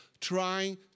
trying